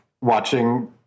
watching